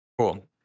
Cool